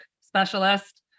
specialist